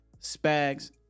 Spags